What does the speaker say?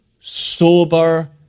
sober